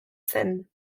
zen